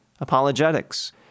Apologetics